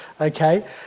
okay